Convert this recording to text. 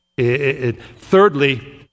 Thirdly